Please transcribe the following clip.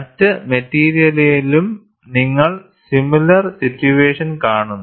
മറ്റ് മെറ്റീരിയലിലും നിങ്ങൾ സിമിലർ സിറ്റുവേഷൻ കാണുന്നു